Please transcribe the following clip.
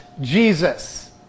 Jesus